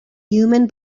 human